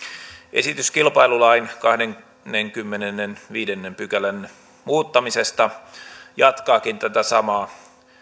esitys kilpailulain kahdennenkymmenennenviidennen pykälän muuttamisesta jatkaakin tätä samaa